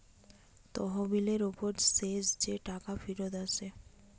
তহবিলের উপর শেষ যে টাকা ফিরত আসে